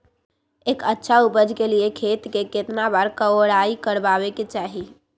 एक अच्छा उपज के लिए खेत के केतना बार कओराई करबआबे के चाहि?